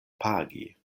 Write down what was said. pagi